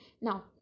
now